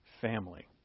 family